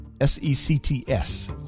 S-E-C-T-S